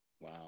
Wow